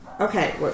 Okay